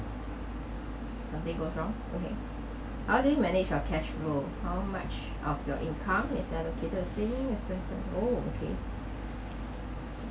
nothing goes wrong okay how do you manage your cash flow how much of your income is allocated since oh okay